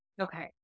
okay